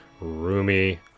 roomy